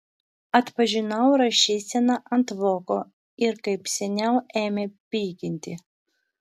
atpažinau rašyseną ant voko ir kaip seniau ėmė pykinti